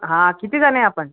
हा किती जण आहे आपण